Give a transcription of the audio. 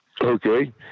okay